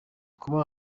kuba